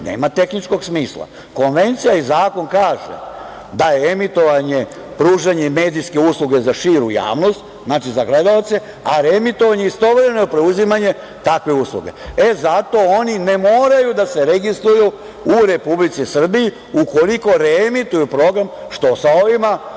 nema tehničkog smisla. Konvencija i zakon kaže, da je emitovanje pružanje medijske usluge za širu javnost, znači, za gledaoce, a reemitovanje istovremeno preuzimanje takve usluge. Zato oni ne moraju da se registruju u Republici Srbiji ukoliko reemituju program, što sa ovim